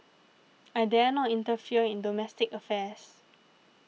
I dare not interfere in domestic affairs